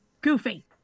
goofy